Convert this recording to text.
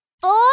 Four